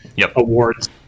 awards